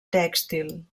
tèxtil